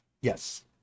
Yes